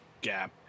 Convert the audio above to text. gap